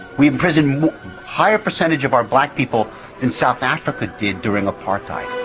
we imprison a higher percentage of our black people than south africa did during apartheid.